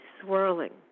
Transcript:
swirling